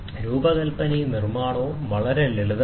രൂപകൽപ്പനയും നിർമ്മാണവും വളരെ ലളിതമാണ്